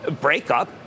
breakup